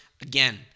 Again